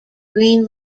green